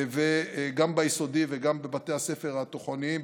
גם ביסודי וגם בבתי הספר התיכוניים,